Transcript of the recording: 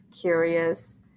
curious